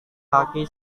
kaki